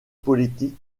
politique